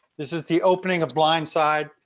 this is the opening of blindside.